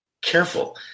careful